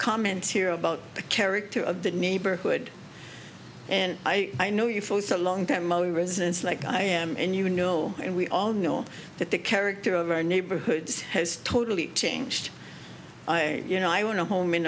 comments here about the character of the neighborhood and i i know you for a long time ok residents like i am and you know and we all know that the character of our neighborhoods has totally changed i you know i want a home in